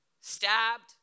stabbed